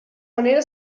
manera